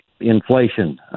inflation